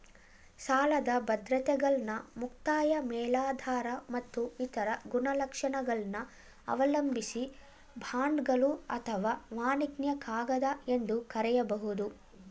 ಸಾಲದ ಬದ್ರತೆಗಳನ್ನ ಮುಕ್ತಾಯ ಮೇಲಾಧಾರ ಮತ್ತು ಇತರ ಗುಣಲಕ್ಷಣಗಳನ್ನ ಅವಲಂಬಿಸಿ ಬಾಂಡ್ಗಳು ಅಥವಾ ವಾಣಿಜ್ಯ ಕಾಗದ ಎಂದು ಕರೆಯಬಹುದು